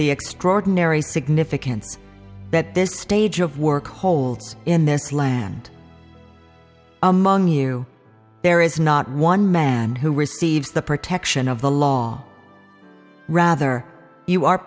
the extraordinary significance that this stage of work holds in this land among you there is not one man who receives the protection of the law rather you are